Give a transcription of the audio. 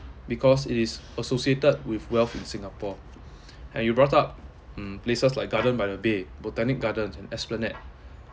because it is associated with wealth in singapore and you brought up mm places like garden by the bay botanic gardens and esplanade